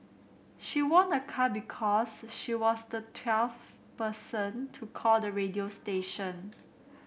she won a car because she was the twelfth person to call the radio station